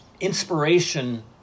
inspiration